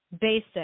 basic